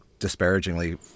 disparagingly